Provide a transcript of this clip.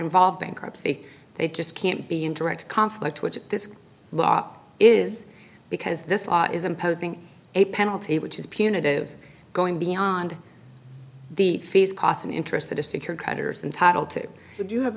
involved bankruptcy they just can't be in direct conflict with this law is because this is imposing a penalty which is punitive going beyond the fees cost and interest that a secured creditors entitle to do you have